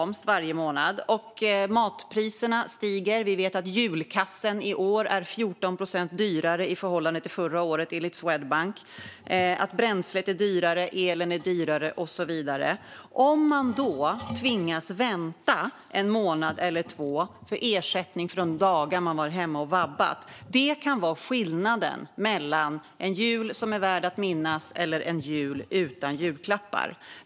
Matpriserna stiger; julkassen är i år 14 procent dyrare än förra året, enligt Swedbank. Bränslet är dyrare, elen är dyrare och så vidare. För den som har den summan i inkomst varje månad och tvingas vänta en månad eller två på ersättning för de dagar man har varit hemma och vabbat kan det vara skillnaden mellan en jul som är värd att minnas eller en jul utan julklappar.